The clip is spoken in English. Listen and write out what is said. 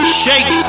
shake